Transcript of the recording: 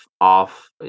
off